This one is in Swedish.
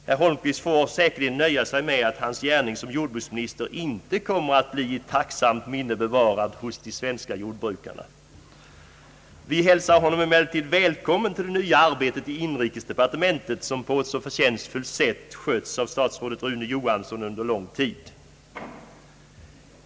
Herr Holmqvist får säkerligen nöja sig med att hans gärning som jordbruksminister inte kommer att bli i tacksamt minne bevarad hos de svenska jordbrukarna. Vi hälsar honom välkommen till de nya arbetsuppgifterna i inrikesdepartementet, som på ett så förtjänstfullt sätt skötts av statsrådet Rune Johansson under lång tid.